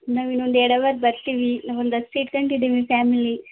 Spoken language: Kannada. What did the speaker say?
ನಾವು ಇನ್ನೊಂದು ಎರಡು ಅವರ್ ಬರ್ತೀವಿ ನಂಗೊಂದು ಹತ್ತು ಸೀಟ್ ಗಂಟ ಇದ್ದೀವಿ ಫ್ಯಾಮಿಲಿ